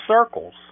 circles